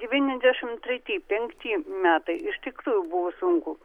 devyniasdešimt treti penkti metai iš tikrųjų buvo sunku